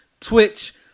Twitch